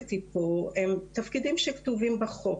שפירטתי פה הם תפקידים שכתובים בחוק.